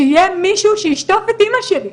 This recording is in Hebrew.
שיהיה מישהו שישטוף את אמא שלי.